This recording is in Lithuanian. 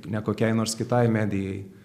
ne kokiai nors kitai medijai